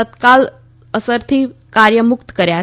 તત્કાલ અસરથી કાર્ય મુક્ત કર્યા છે